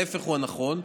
ההפך הוא הנכון,